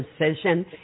decision